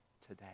today